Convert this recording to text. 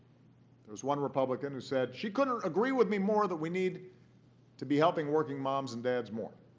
there was one republican who said she couldn't agree with me more that we need to be helping working moms and dads more.